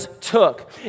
took